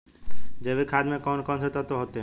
जैविक खाद में कौन कौन से तत्व होते हैं?